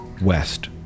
west